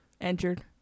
injured